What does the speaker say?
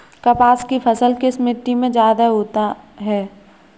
कपास की फसल किस मिट्टी में ज्यादा होता है?